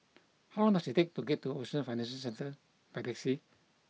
how long does it take to get to Ocean Financial Centre by taxi